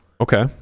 Okay